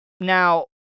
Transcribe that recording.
Now